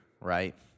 right